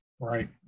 Right